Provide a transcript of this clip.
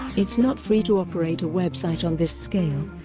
it's not free to operate a web site on this scale,